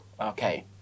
okay